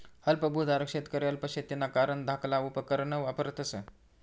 अल्प भुधारक शेतकरी अल्प शेतीना कारण धाकला उपकरणं वापरतस